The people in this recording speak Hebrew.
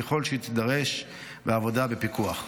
ככל שהיא תידרש בעבודה בפיקוח.